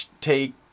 take